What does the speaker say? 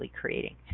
creating